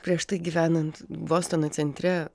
prieš tai gyvenant bostono centre